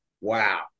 Wow